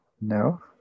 No